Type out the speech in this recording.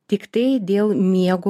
tiktai dėl miego